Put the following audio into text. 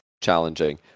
challenging